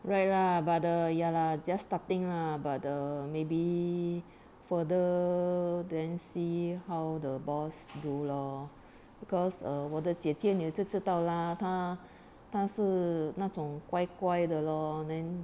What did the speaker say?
right lah but the ya lah just starting lah but the maybe further then see how the boss do lor because err 我的姐姐你就知道 lah 他他是那种乖乖的 lor then